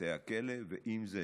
בתי הכלא ואם זה